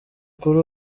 kuri